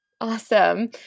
Awesome